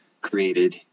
created